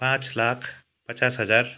पाँच लाख पचास हजार